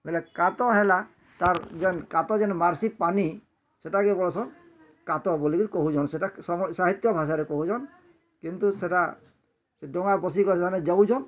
ବେଲେ କାତ ହେଲା ତାର୍ ଯେନ୍ କାତ ଜେନ୍ ମାରସିଁ ପାନି ସେଟା କେ ବୋଲସନ୍ କାତ ବୋଲି କହୁଛନ୍ ସେଟା ସା ସାହିତ୍ୟ ଭାଷାରେ କହୁଛନ୍ କିନ୍ତୁ ସେଟା ସେ ଡ଼ଙ୍ଗା ବସିକରି ଜଣେ ଜଗୁଛନ୍